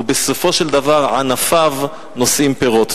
ובסופו של דבר ענפיו נושאים פירות.